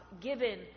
given